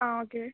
आं ओके